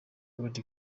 auddy